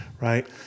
right